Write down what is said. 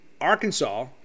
Arkansas